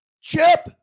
Chip